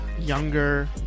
younger